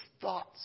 thoughts